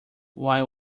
why